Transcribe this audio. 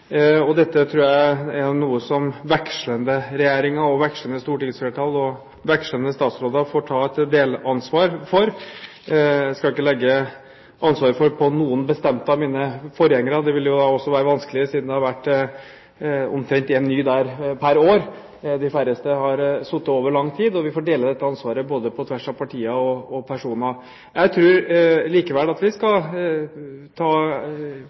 Dette tror jeg er noe som vekslende regjeringer, vekslende stortingsflertall og vekslende statsråder får ta et delansvar for. Jeg skal ikke legge ansvaret på noen bestemt av mine forgjengere – det ville da også være vanskelig siden det omtrent har vært en ny pr. år. De færreste har sittet over lang tid, og vi får dele det ansvaret på tvers av både partier og personer. Jeg tror likevel at vi skal